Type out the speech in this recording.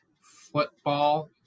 football